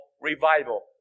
revival